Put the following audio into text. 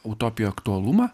utopijų aktualumą